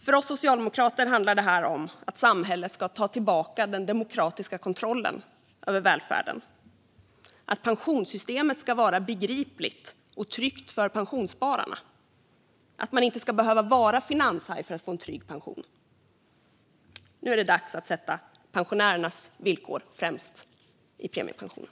För oss socialdemokrater handlar det om att samhället ska ta tillbaka den demokratiska kontrollen över välfärden och att pensionssystemet ska vara begripligt och tryggt för pensionsspararna. Man ska inte behöva vara finanshaj för att få en trygg pension. Nu är det dags att sätta pensionärernas villkor främst i premiepensionen.